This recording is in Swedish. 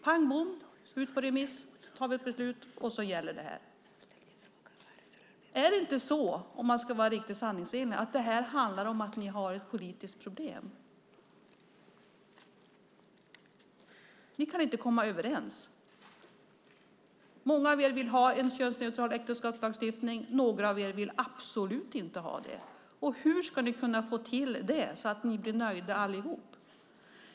Pang, bom, ut på remiss, fatta beslut, beslutet gäller! Är det inte så, om man ska vara riktigt sanningsenlig, att det här handlar om att ni har ett politiskt problem? Ni kan inte komma överens. Många av er vill ha en könsneutral äktenskapslagstiftning, och några av er vill absolut inte ha det. Hur ska ni kunna få till det, så att ni blir nöjda allihop?